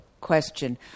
question